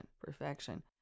perfection